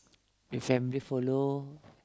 if family follow